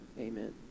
amen